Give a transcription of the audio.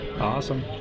Awesome